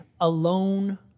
alone